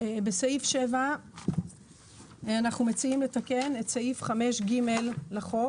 בסעיף 7 אנחנו מציעים לתקן את סעיף 5ג לחוק.